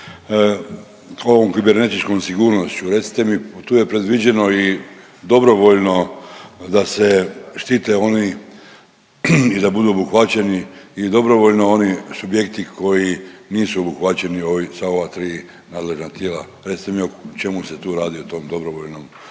ovom kibernetičkom sigurnošću. Recite mi tu je predviđeno i dobrovoljno da se štite oni i da budu obuhvaćeni i dobrovoljni oni subjekti koji nisu obuhvaćeni sa ova tri nadležna tijela. Recite mi o čemu se tu radi o tom dobrovoljnom načinu